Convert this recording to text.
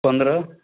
पन्द्रह